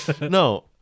No